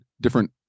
different